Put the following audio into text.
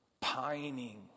pining